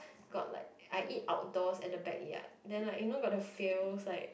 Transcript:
got like I eat outdoors at the backyard then like you know got feels like